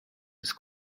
des